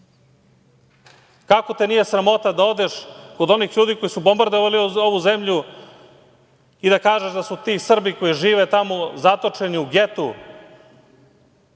bilo. Kako te nije sramota da odeš kod onih ljudi koji su bombardovali ovu zemlju i da kažeš da su ti Srbi koji žive tamo zatočeni u getu,